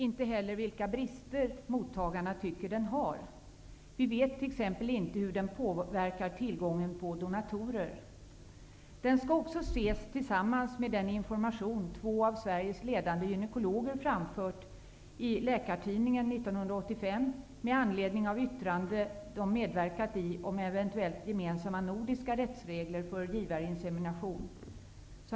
Inte heller vet vi vilka brister mottagarna tycker att den har. Vi vet t.ex. inte hur den påverkar tillgången på donatorer. Den skall också ses tillsammans med den information som två av Sveriges ledande gynekologer framfört i Läkartidningen 1985 med anledning av det yttrande de medverkat i om eventuella gemensamma nordiska rättsregler för givarinsemination.